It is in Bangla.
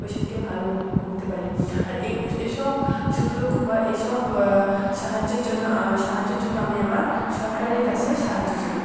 পেশেন্টকে ভালো র করতে পারি আর এক এসব সুযোগ বা এসব সাহায্যের জন্য সাহায্যের জন্য আমি আমার সরকারের কাছে সাহায্য চাই